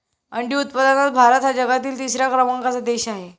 अंडी उत्पादनात भारत हा जगातील तिसऱ्या क्रमांकाचा देश आहे